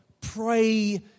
Pray